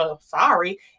sorry